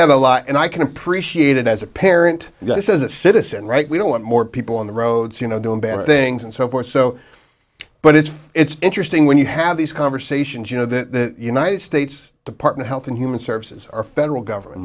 that a lot and i can appreciate it as a parent just as a citizen right we don't want more people on the roads you know doing bad things and so forth so but it's it's interesting when you have these conversations you know the united states department health and human services or federal government